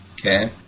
Okay